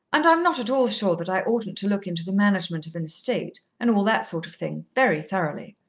and i'm not at all sure that i oughtn't to look into the management of an estate, and all that sort of thing, very thoroughly.